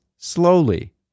Slowly